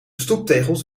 stoeptegels